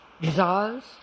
desires